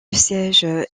siège